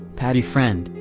patty friend,